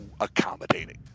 accommodating